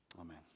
Amen